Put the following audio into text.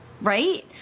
right